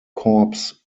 corps